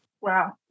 Wow